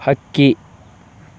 ಹಕ್ಕಿ